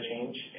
change